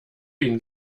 ihn